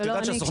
ולא אני.